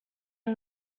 all